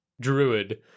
druid